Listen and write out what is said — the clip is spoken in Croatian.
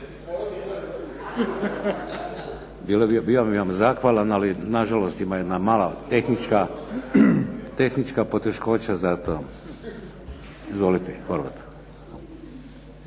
Bio bih vam zahvalan ali na žalost ima jedna mala tehnička poteškoća za to. Izvolite. **Horvat,